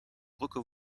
brücke